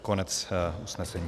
Konec usnesení.